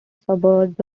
suburbs